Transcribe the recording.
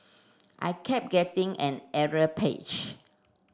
I kept getting an error page